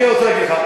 אני רוצה להגיד לך,